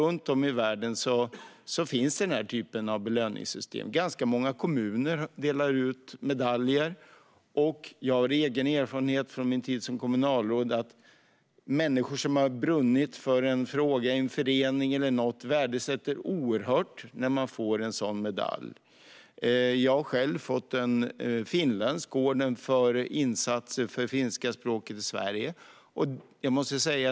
Runt om i världen finns dock denna typ av belöningssystem, och ganska många kommuner i Sverige delar ut medaljer. Från min tid som kommunalråd vet jag att människor som brinner för en fråga i en förening eller liknande sätter stort värde på att få en sådan medalj. Jag har själv fått en finländsk orden för insatser för finska språket i Sverige.